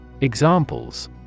Examples